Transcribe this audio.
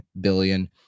billion